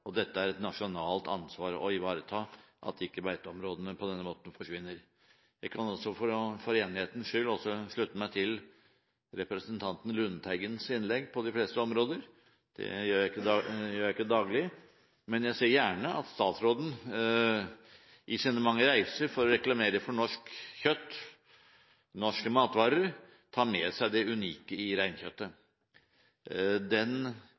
å ivareta at beiteområdene ikke forsvinner på denne måten. Jeg kan for enighetens skyld også slutte meg til representanten Lundteigens innlegg på de fleste områder – det gjør jeg ikke daglig. Men jeg ser gjerne at statsråden på sine mange reiser for å reklamere for norsk kjøtt, for norske matvarer, tar med seg det unike i reinkjøttet.